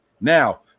Now